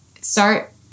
start